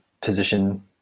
position